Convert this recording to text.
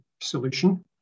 solution